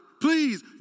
Please